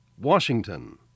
Washington